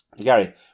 Gary